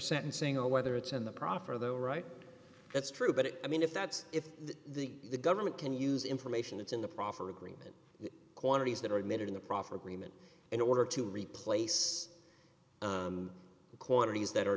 sentencing or whether it's in the proffer though right that's true but i mean if that's if the government can use information that's in the proffer agreement quantities that are admitted in the proffer agreement in order to replace the quantities that are